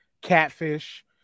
catfish